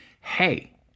hey